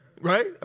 right